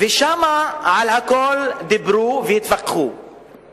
ושם דיברו והתווכחו על הכול.